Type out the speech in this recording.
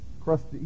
crusty